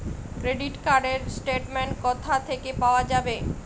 Credit card র statement কোথা থেকে পাওয়া যাবে?